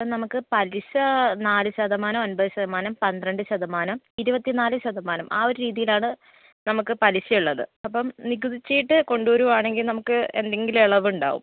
ഇപ്പം നമുക്ക് പലിശ നാല് ശതമാനം ഒൻപത് ശതമാനം പന്ത്രണ്ട് ശതമാനം ഇരുപത്തിനാല് ശതമാനം ആ ഒരു രീതിയിലാണ് നമുക്ക് പലിശ ഉള്ളത് അപ്പം നികുതി ചീട്ട് കൊണ്ടു വരുവാണെങ്കിൽ നമുക്ക് എന്തെങ്കിലും ഇളവുണ്ടാവും